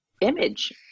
image